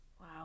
Wow